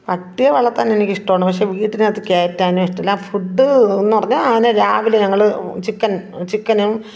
പട്ടിയെ വളർത്താൻ എനിക്ക് ഇഷ്ടമാണ് പക്ഷേ വീട്ടിന് അകത്ത് കയറ്റാൻ എനിക്ക് ഇഷ്ടമല്ല ഫുഡ് എന്ന് പറഞ്ഞാൽ അതിന് രാവിലെ ഞങ്ങൾ ചിക്കൻ ചിക്കനും